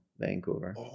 Vancouver